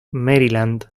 maryland